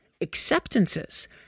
acceptances